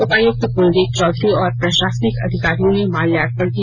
उपायुक्त कुलदीप चौधरी और प्रशासनिक अधिकारियों ने माल्यार्पण किया